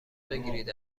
بگیرید